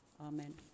Amen